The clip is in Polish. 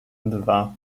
dwa